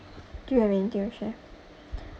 do you have anything to share